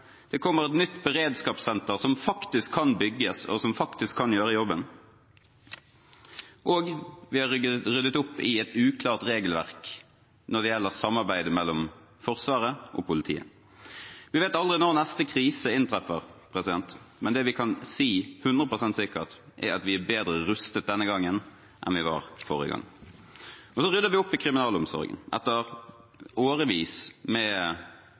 det kommer et nytt beredskapssenter som faktisk kan bygges, og som faktisk kan gjøre jobben. Vi har ryddet opp i et uklart regelverk når det gjelder samarbeidet mellom Forsvaret og politiet. Vi vet aldri når neste krise inntreffer, men det vi kan si 100 pst. sikkert, er at vi er bedre rustet denne gangen enn vi var forrige gang. Nå rydder vi opp i kriminalomsorgen, etter årevis med